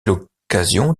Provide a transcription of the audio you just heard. l’occasion